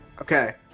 Okay